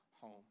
home